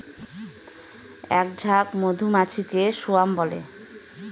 এক ঝাঁক মধুমাছিকে স্বোয়াম বলে